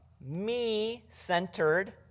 me-centered